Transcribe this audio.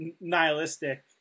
nihilistic